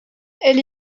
elle